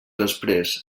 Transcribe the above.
després